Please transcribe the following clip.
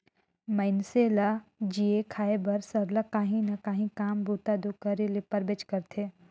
मइनसे ल जीए खाए बर सरलग काहीं ना काहीं काम बूता दो करे ले परबेच करथे